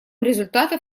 результатов